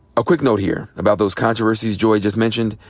a quick note here about those controversies joy just mentioned.